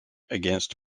against